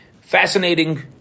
Fascinating